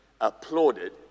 applauded